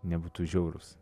nebūtų žiaurūs